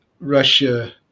Russia